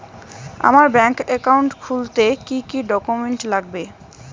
আমার bank account খুলতে কি কি ডকুমেন্ট লাগবে?